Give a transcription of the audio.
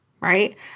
right